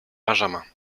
benjamin